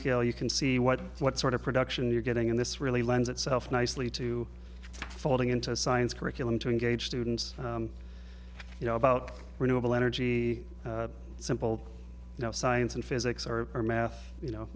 scale you can see what what sort of production you're getting and this really lends itself nicely to folding into a science curriculum to engage students you know about renewable energy simple you know science and physics or math you know